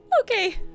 Okay